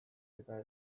eta